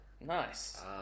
Nice